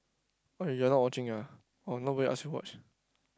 oh you not watching ah oh nobody ask you watch